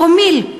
פרומיל,